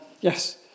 Yes